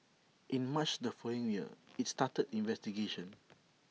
in March the following year IT started investigations